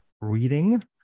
reading